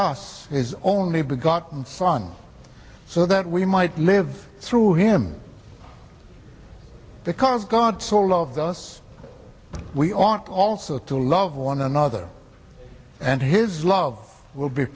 us is only begotten son so that we might live through him because god so loved us we ought also to love one another and his love will be